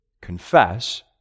confess